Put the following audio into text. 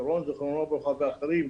שרון זכרונו לברכה ואחרים,